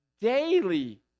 daily